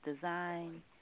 design